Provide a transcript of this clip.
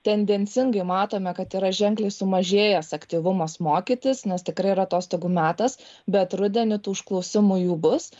tendencingai matome kad yra ženkliai sumažėjęs aktyvumas mokytis nes tikrai yra atostogų metas bet rudenį tų užklausimų jų bus